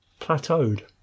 plateaued